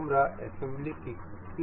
আমরা অ্যাসেম্বলিতে ক্লিক করবো